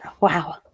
wow